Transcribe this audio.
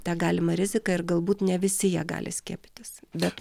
tą galimą riziką ir galbūt ne visi jie gali skiepytis bet